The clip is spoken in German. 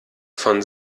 von